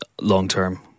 long-term